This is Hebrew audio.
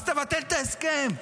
אז תבטל את ההסכם.